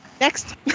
next